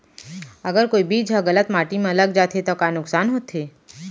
अगर कोई बीज ह गलत माटी म लग जाथे त का नुकसान होथे?